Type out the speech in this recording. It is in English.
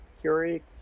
Curie